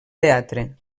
teatre